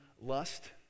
lust